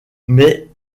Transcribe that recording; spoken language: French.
mais